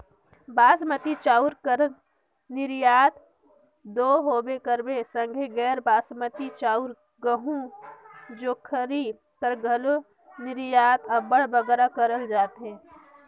बासमती चाँउर कर निरयात दो होबे करथे संघे गैर बासमती चाउर, गहूँ, जोंढरी कर घलो निरयात अब्बड़ बगरा करल जाथे